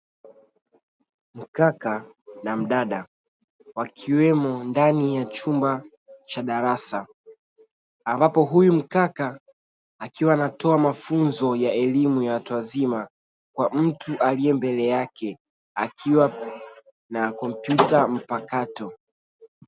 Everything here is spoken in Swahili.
Mkaka na mdada wakiwemo ndani ya chumba cha darasa ambapo huyu mkaka akiwa anatoa mafunzo ya elimu ya watu wazima kwa mtu alie mbele yake akiwa na kompyuta mpakato.